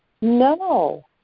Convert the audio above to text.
No